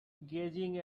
gazing